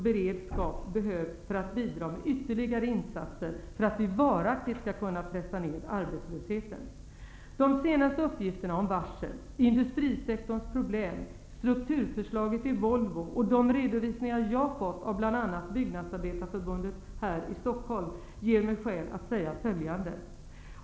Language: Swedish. Beredskap behövs för att bidra med ytterligare insatser för att vi varaktigt skall kunna pressa ned arbetslösheten. De senaste uppgifterna om varsel, industrisektorns problem, strukturförslaget i Volvo, och de redovisningar jag har fått av bl.a. Byggnadsarbetareförbundet här i Stockholm, ger mig skäl att säga följande.